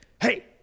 Hey